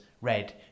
red